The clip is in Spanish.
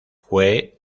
fue